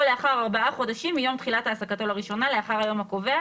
או לאחר ארבעה חודשים מיום תחילת העסקתו לראשונה לאחר היום הקובע,